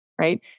right